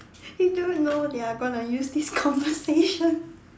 do you know they are gonna use this conversation